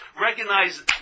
recognize